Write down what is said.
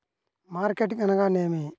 Marketing అనగానేమి?